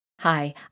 Hi